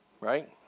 right